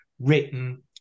written